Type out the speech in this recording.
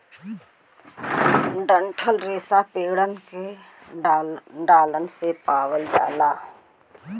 डंठल रेसा पेड़न के डालन से पावल जाला